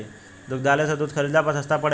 दुग्धालय से दूध खरीदला पर सस्ता पड़ेला?